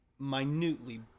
minutely